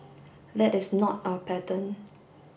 that is not our pattern